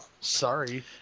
sorry